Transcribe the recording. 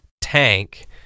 tank